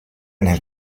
nel